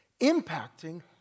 impacting